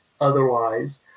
otherwise